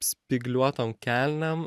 spygliuotom kelnėm